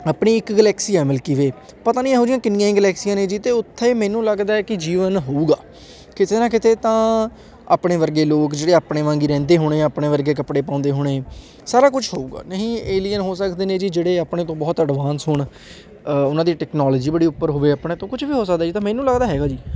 ਆਪਣੀ ਇੱਕ ਗਲੈਕਸੀ ਆ ਮਿਲਕੀ ਵੇ ਪਤਾ ਨਹੀਂ ਇਹੋ ਜਿਹੀਆਂ ਕਿੰਨੀਆਂ ਹੀ ਗਲੈਕਸੀਆਂ ਨੇ ਜਿਹ ਤੋਂ ਉੱਥੇ ਮੈਨੂੰ ਲੱਗਦਾ ਹੈ ਕਿ ਜੀਵਨ ਹੋਵੇਗਾ ਕਿਸੇ ਨਾ ਕਿਤੇ ਤਾਂ ਆਪਣੇ ਵਰਗੇ ਲੋਕ ਜਿਹੜੇ ਆਪਣੇ ਵਾਂਗ ਹੀ ਰਹਿੰਦੇ ਹੋਣੇ ਆ ਆਪਣੇ ਵਰਗੇ ਕੱਪੜੇ ਪਾਉਂਦੇ ਹੋਣੇ ਸਾਰਾ ਕੁਝ ਹੋਵੇਗਾ ਇਹੀ ਏਲੀਅਨ ਹੋ ਸਕਦੇ ਨੇ ਜੀ ਜਿਹੜੇ ਆਪਣੇ ਤੋਂ ਬਹੁਤ ਐਡਵਾਂਸ ਹੋਣ ਉਹਨਾਂ ਦੀ ਟੈਕਨੋਲੋਜੀ ਬੜੀ ਉੱਪਰ ਹੋਵੇ ਆਪਣੇ ਤੋਂ ਕੁਛ ਵੀ ਹੋ ਸਕਦਾ ਜਿੱਦਾਂ ਮੈਨੂੰ ਲੱਗਦਾ ਹੈਗਾ ਜੀ